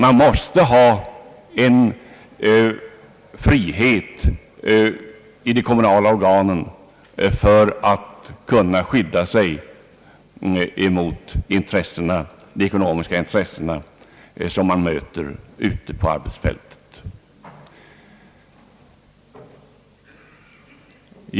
De kommunala organen måste ha frihet för att kunna skydda sig mot de ekonomiska intressen som man möter ute på arbetsfältet.